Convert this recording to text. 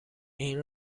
این